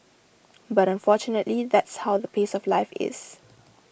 but unfortunately that's how the pace of life is